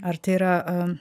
ar tai yra